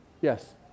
Yes